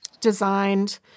designed